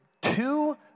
two